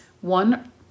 One